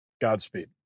Godspeed